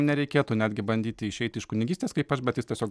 nereikėtų netgi bandyti išeiti iš kunigystės kaip aš bet jis tiesiog